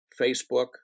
Facebook